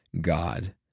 God